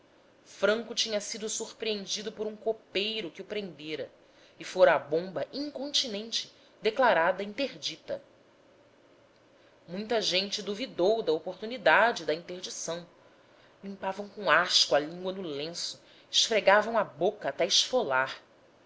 franco tinha sido surpreendido por um copeiro que o prendera e fora a bomba incontinenti declarada interdita muita gente duvidou da oportunidade da interdição limpavam com asco a língua no lenço esfregavam a boca até esfolar